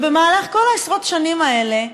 במהלך כל עשרות השנים האלה,